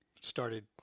started